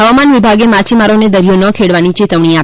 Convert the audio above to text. હવામાન વિભાગે માછીમારોને દરિયો ન ખેડવાની ચેતવણી આપી છે